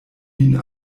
vin